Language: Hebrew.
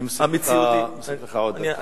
אני מוסיף לך עוד דקה.